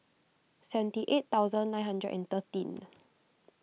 seventy eight thousand nine hundred and thirteen